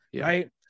right